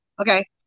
Okay